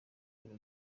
biro